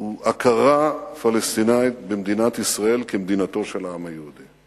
הוא הכרה פלסטינית במדינת ישראל כמדינתו של העם היהודי.